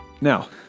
Now